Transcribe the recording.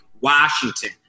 Washington